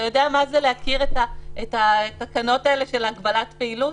אתה יודע מה זה להכיר את התקנות של הגבלת פעילות?